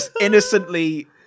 Innocently